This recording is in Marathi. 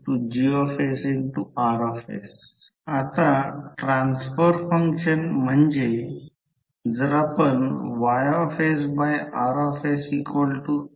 तर ही प्रत्यक्षात 2 4 2 आहे ही बाजू 4 आहे आणि ही बाजू 1 आहे आणि ही देखील 1 आहेतर 4 2 ही बाजू प्रत्यक्षात 4 2 आहे